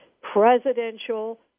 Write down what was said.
presidential